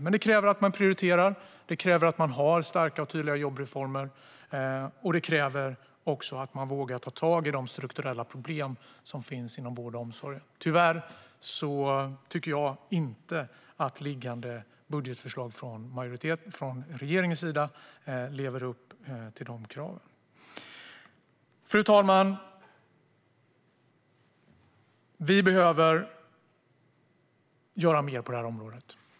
Men det kräver att man prioriterar, har starka och tydliga jobbreformer och också att man vågar ta tag i de strukturella problem som finns inom vård och omsorg. Tyvärr tycker jag inte att budgetförslaget från regeringens sida lever upp till de kraven. Fru talman! Vi behöver göra mer på det här området.